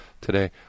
today